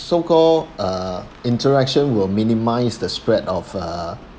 so-called uh interaction will minimise the spread of uh